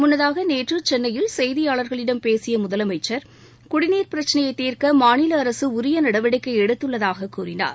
முன்னதாக நேற்று சென்னையில் செய்தியாளர்களிடம் பேசிய முதலமைச்சர் குடிநீர் பிரச்சினையை தீர்க்க மாநில அரசு உரிய நடவடிக்கை எடுத்துள்ளதாக கூறினார்